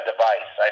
Device